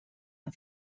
the